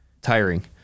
tiring